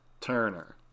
Turner